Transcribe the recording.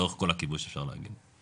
לאורך כל הכיבוש אפשר להגיד.